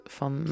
van